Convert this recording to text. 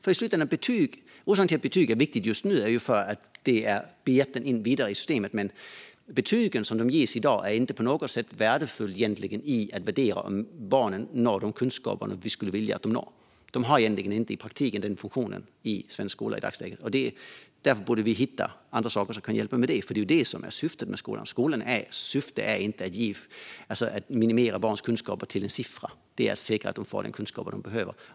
Orsaken till att betyg är viktiga är ju att de är biljetten vidare i systemet. Men betygen, som de ges i dag, är inte på något sätt värdefulla när det gäller att värdera om barnen når de kunskaper som vi skulle vilja att de når. De har i praktiken inte den funktionen i svensk skola i dagsläget. Vi borde hitta andra saker som kan hjälpa till med detta, för det är det som är syftet med skolan. Skolans syfte är inte att minimera barns kunskaper till en siffra. Det är inte säkert att de får den kunskap de behöver.